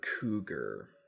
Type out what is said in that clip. Cougar